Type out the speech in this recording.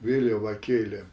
vėliavą kėlė